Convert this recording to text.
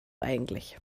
eigentlich